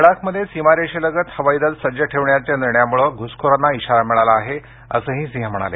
लडाखमध्ये सीमारेषेलगत हवाई दल सज्ज ठेवण्याच्या निर्णयामुळे घुसखोरांना इशारा मिळाला आहे असंही सिंह म्हणाले